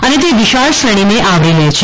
અને તે વિશાળ શ્રેણીને આવરી લે છે